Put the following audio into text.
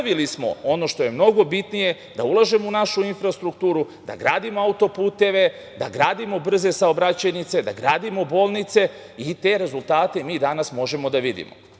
nastavili smo, ono što je mnogo bitnije, da ulažemo u našu infrastrukturu, da gradimo auto-puteve, da gradimo brze saobraćajnice, da gradimo bolnice. Te rezultate mi danas možemo da vidimo. Mi